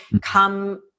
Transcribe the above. come